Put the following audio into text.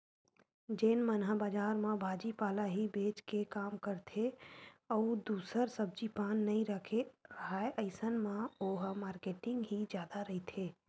जेन मन ह बजार म भाजी पाला ही बेंच के काम करथे अउ दूसर सब्जी पान नइ रखे राहय अइसन म ओहा मारकेटिंग ही जादा रहिथे